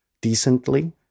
decently